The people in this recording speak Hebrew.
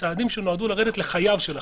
וצעדים שנועדו לרדת לחייו של החייב.